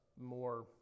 more